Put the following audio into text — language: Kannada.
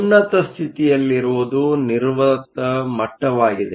ಉನ್ನತ ಸ್ಥಿತಿಯಲ್ಲಿರುವುದು ನಿರ್ವಾತ ಮಟ್ಟವಾಗಿದೆ